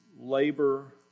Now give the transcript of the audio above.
labor